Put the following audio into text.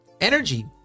energy